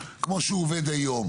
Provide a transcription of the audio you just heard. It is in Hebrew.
מתרוצץ כבודו האזרח כל היום.